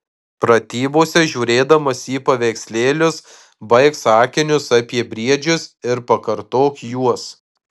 pratybose žiūrėdamas į paveikslėlius baik sakinius apie briedžius ir pakartok juos